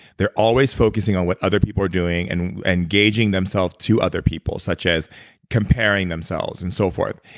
they're always focusing on what other people are doing and and gauging themselves to other people such as comparing themselves and so forth.